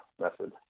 method